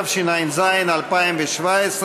התשע"ז 2017,